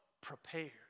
Prepared